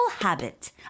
habit